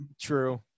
True